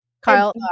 Kyle